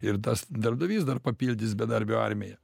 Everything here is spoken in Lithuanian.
ir tas darbdavys dar papildys bedarbių armiją